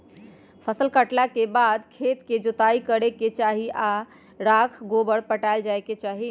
फसल काटला के बाद खेत के जोताइ करे के चाही आऽ राख गोबर पटायल जाय के चाही